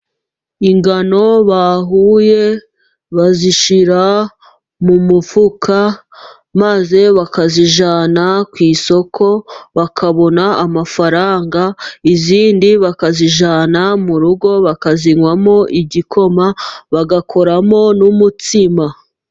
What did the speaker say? Ingano bahuye bazishira mu mufuka maze bakazijyana ku isoko, bakabona amafaranga. Izindi bakazijyana mu rugo bakazinywamo igikoma, bagakoramo n'umutsima.